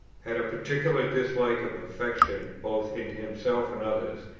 had a particular dislike of affectation both in himself and others,